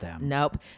Nope